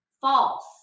False